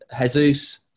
Jesus